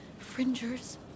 fringers